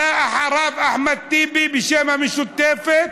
עלה אחריו אחמד טיבי בשם המשותפת,